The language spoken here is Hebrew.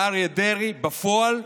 ואריה דרעי בפועל,